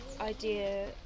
idea